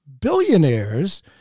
billionaires